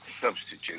substitute